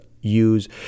use